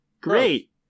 Great